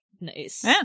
Nice